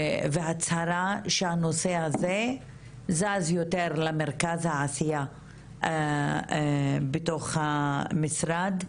והצהרה שהנושא הזה נע יותר למרכז העשייה בתוך המשרד,